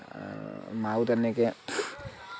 মায়ো তেনেকে